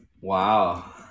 Wow